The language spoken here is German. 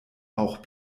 auch